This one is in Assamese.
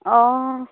অঁ